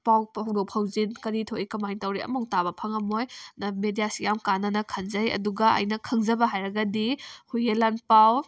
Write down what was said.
ꯄꯥꯎ ꯐꯥꯎꯗꯣꯛ ꯐꯥꯎꯖꯤꯟ ꯀꯔꯤ ꯊꯣꯛꯏ ꯀꯃꯥꯏ ꯇꯧꯔꯤ ꯑꯃꯐꯥꯎ ꯇꯥꯕ ꯐꯪꯉꯝꯃꯣꯏ ꯑꯗꯨꯅ ꯃꯦꯗꯤꯌꯥꯁꯤ ꯌꯥꯝ ꯀꯥꯟꯅꯅ ꯈꯟꯖꯩ ꯑꯗꯨꯒ ꯑꯩꯅ ꯈꯪꯖꯕ ꯍꯥꯏꯔꯒꯗꯤ ꯍꯨꯏꯌꯦꯟ ꯂꯥꯟꯄꯥꯎ